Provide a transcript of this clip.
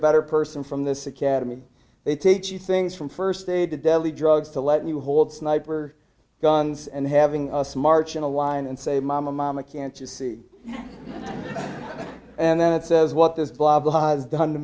better person from this academy they teach you things from first aid to deadly drugs to let you hold sniper guns and having us march in a line and say mama mama can't you see and then it says what this blah blah has done to